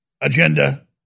Agenda